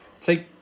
Take